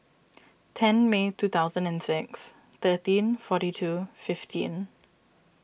ten May two thousand and six thirteen forty two fifteen